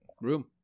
room